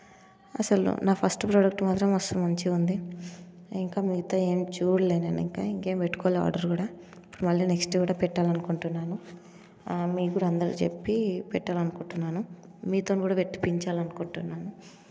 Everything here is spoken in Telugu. అసలు నా ఫస్ట్ ప్రోడక్ట్ మాత్రం అసలు మంచిగా ఉంది ఇంకా మిగతావి ఏమి చూడలేదు నేను ఇంకా ఇంకా ఏం పెట్టుకోలా ఆర్డర్ కూడా మళ్ళీ నెక్స్ట్ కూడా పెట్టాలనుకుంటున్నాను మీకు కూడా అందరికీ చెప్పి పెట్టాలనుకుంటున్నాను మీతోను కూడా పెట్టిపించాలనుకుంటున్నాను